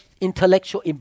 intellectual